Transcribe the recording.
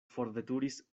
forveturis